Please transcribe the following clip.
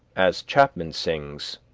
as chapman sings,